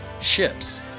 ships